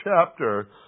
chapter